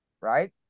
Right